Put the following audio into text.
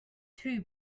two